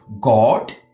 God